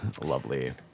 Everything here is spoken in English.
Lovely